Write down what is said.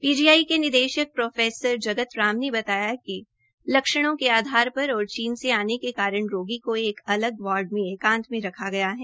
PGI के निदेशक प्रो जगत राम ने बताया कि लक्षणों के आधार पर और चीने से आने के कारण रोगी को एक अलग वार्ड में एंकात में रखा गया है